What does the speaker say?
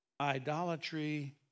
idolatry